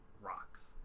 rocks